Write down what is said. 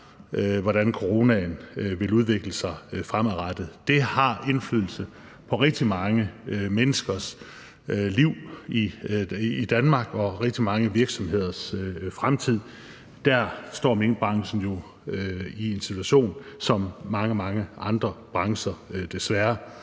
hvordan coronaen vil udvikle sig fremadrettet. Det har indflydelse på rigtig mange menneskers liv i Danmark og rigtig mange virksomheders fremtid; der står minkbranchen jo i en situation ligesom mange, mange andre brancher, desværre.